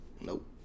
Nope